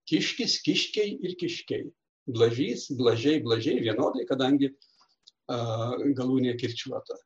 kiškis kiškiai ir kiškiai blažys blažiai blažiai vienodai kadangi galūnė nekirčiuota